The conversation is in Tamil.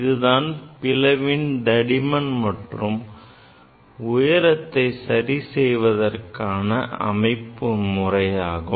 இதுதான் பிளவின் தடிமன் மற்றும் உயரத்தை சரி செய்வதற்கான அமைப்பு முறையாகும்